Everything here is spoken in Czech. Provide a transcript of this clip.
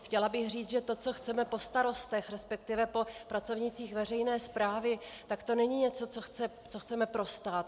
Chtěla bych říct, že to, co chceme po starostech, respektive po pracovnících veřejné správy, to není něco, co chceme pro stát.